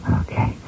Okay